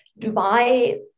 Dubai